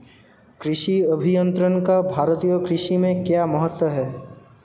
कृषि अभियंत्रण का भारतीय कृषि में क्या महत्व है?